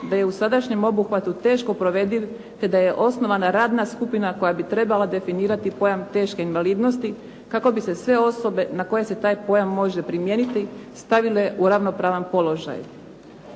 da je u sadašnjem obuhvatu teško provediv te da je osnovana radna skupina koja bi trebala definirati pojam teške invalidnosti kako bi se sve osobe na koje se taj pojam može primijeniti stavile u ravnopravan položaj.